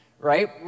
right